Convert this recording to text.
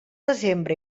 desembre